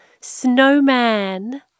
snowman